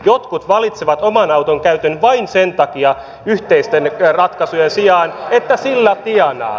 jotkut valitsevat oman auton käytön vain sen takia yhteisten ratkaisujen sijaan että sillä tienaa